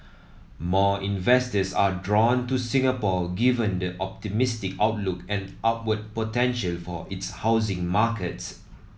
more investors are drawn to Singapore given the optimistic outlook and upward potential for its housing market